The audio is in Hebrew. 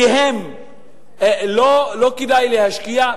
לא כדאי להשקיע?